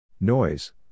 Noise